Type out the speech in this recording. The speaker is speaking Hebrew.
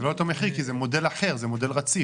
זה לא אותו מחיר כי זה מודל אחר, זה מודל רציף.